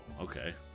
okay